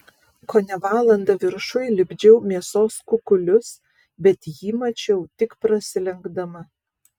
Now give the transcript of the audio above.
kone valandą viršuj lipdžiau mėsos kukulius bet jį mačiau tik prasilenkdama